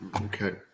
Okay